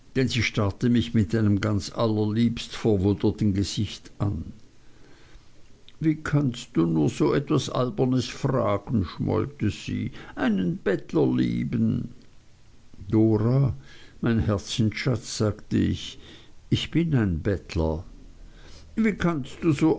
sie starrte mich mit einem ganz allerliebst verwunderten gesicht an wie kannst du nur so etwas albernes fragen schmollte sie einen bettler lieben dora mein herzensschatz sagte ich ich bin ein bettler wie kannst du so